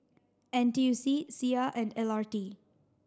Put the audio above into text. N T U C Sia and L R T